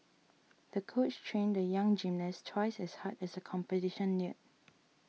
the coach trained the young gymnast twice as hard as the competition neared